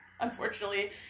Unfortunately